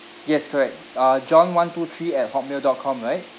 yes correct uh john one two three at hot mail dot com right